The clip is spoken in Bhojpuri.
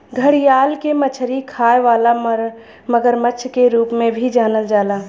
घड़ियाल के मछली खाए वाला मगरमच्छ के रूप में भी जानल जाला